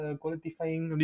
qualifying